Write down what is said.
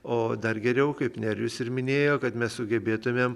o dar geriau kaip nerijus ir minėjo kad mes sugebėtumėm